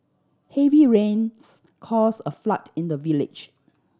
heavy rains cause a flood in the village